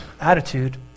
Attitude